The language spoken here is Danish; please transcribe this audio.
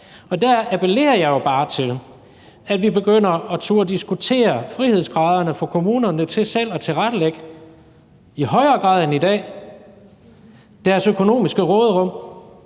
Der appellerer jeg jo bare til, at vi begynder at turde diskutere frihedsgraderne for kommunerne til selv i højere grad end i dag at tilrettelægge deres økonomiske råderum,